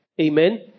Amen